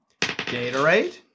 Gatorade